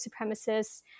supremacists